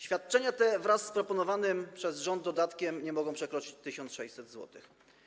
Świadczenia te wraz z proponowanym przez rząd dodatkiem nie mogą przekroczyć 1600 zł.